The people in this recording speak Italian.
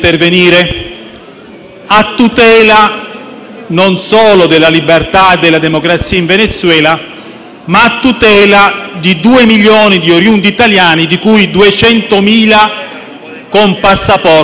a tutela non solo della libertà e della democrazia in Venezuela, ma anche di 2 milioni di oriundi italiani, di cui 200.000 con passaporto italiano.